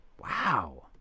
Wow